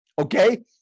Okay